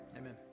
Amen